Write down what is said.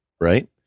right